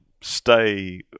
stay